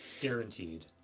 Guaranteed